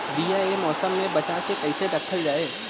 बीया ए मौसम में बचा के कइसे रखल जा?